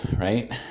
right